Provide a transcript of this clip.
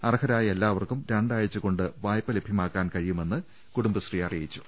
അർഹരായ എല്ലാവർക്കും രണ്ടാഴ്ചകൊണ്ട് വായ്പ ലഭൃമാക്കാൻ കഴിയുമെന്ന് കുടുംബശ്രീ അറിയിച്ചു